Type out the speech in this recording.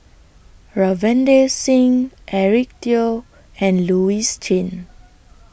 Ravinder Singh Eric Teo and Louis Chen